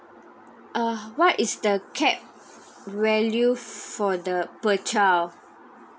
uh what is the cap value for the per child